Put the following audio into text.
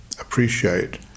appreciate